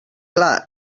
clar